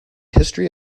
history